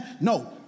no